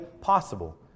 possible